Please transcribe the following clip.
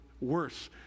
worse